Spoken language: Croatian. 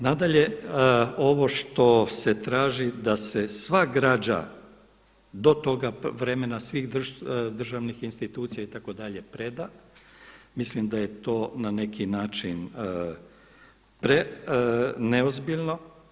Nadalje, ovo što se traži da se sva građa do toga vremena, svih državnih institucija itd. preda, mislim da je to na neki način neozbiljno.